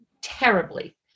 terribly